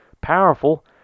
powerful